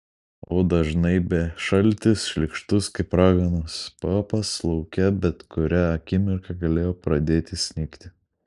odą žnaibė šaltis šlykštus kaip raganos papas lauke bet kurią akimirką galėjo pradėti snigti